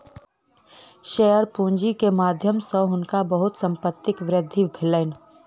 share पूंजी के माध्यम सॅ हुनका बहुत संपत्तिक वृद्धि भेलैन